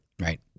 Right